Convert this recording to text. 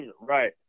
Right